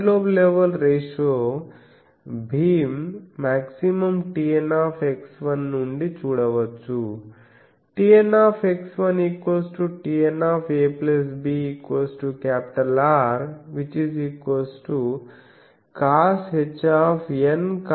side lobe level ratio beam maximum TN నుండి చూడవచ్చు TNTNab RcoshNcos 1ab కి సమానం